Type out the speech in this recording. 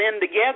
together